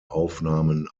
aufnahmen